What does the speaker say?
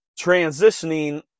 Transitioning